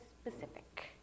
specific